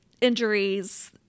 Injuries